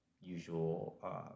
usual